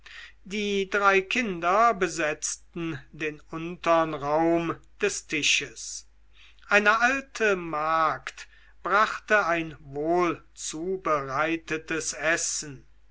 die drei kinder besetzten den untern raum des tisches eine alte magd brachte ein wohlzubereitetes essen